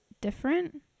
different